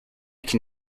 can